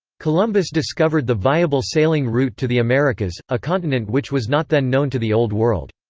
columbus discovered the viable sailing route to the americas, a continent which was not then known to the old world.